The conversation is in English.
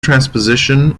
transposition